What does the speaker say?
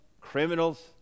Criminals